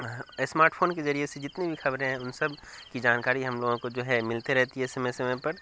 smart phone کے ذریعہ سے جتنی بھی خبریں ہیں ان سب کی جانکاری ہم لوگوں کو جو ملتے رہتی ہے سمے سمے پر